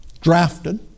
drafted